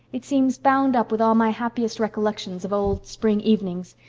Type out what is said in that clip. it seems bound up with all my happiest recollections of old spring evenings.